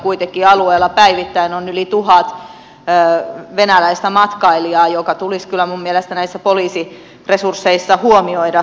kuitenkin alueella päivittäin on yli tuhat venäläistä matkailijaa mikä tulisi minun mielestäni kyllä näissä poliisin resursseissa huomioida